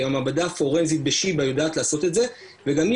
המעבדה הפורנזית בשיבא יודעת לעשות את זה וגם היא